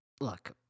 look